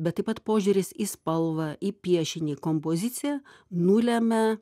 bet taip pat požiūris į spalvą į piešinį kompoziciją nulemia